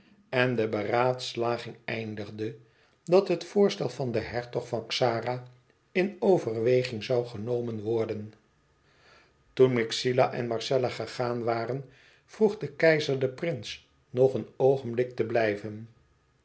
en de beraadslaging eindigde dat het voorstel van den hertog van xara in overweging zoû genomen worden toen myxila en marcella gegaan waren vroeg de keizer den prins nog een oogenblik te blijven